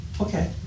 Okay